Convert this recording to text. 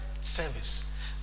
service